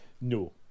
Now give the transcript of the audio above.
No